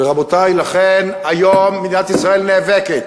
רבותי, לכן היום מדינת ישראל נאבקת,